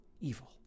evil